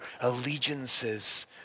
allegiances